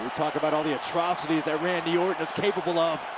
talking about all the atrocities that randy orton is capable of.